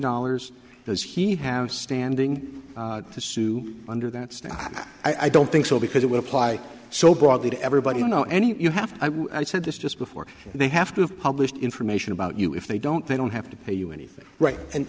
dollars does he have standing to sue under that snow i don't think so because it would apply so broadly to everybody you know any you have i said this just before they have to have published information about you if they don't they don't have to pay you anything right and